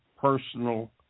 personal